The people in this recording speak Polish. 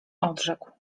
odrzekł